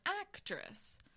actress